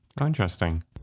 Interesting